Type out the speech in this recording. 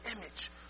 image